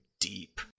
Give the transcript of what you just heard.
deep